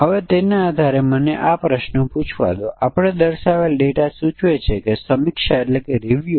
અને આ કિસ્સામાં આપણને દરેક ચલ માટે સાત પરીક્ષણના કેસોની જરૂર છે